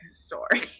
story